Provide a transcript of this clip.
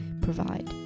provide